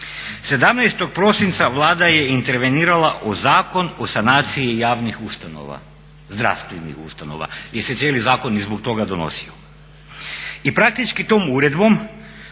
17. prosinca Vlada je intervenirala u Zakon o sanaciji javnih ustanova, zdravstvenih ustanova jer se cijeli zakon i zbog toga donosio.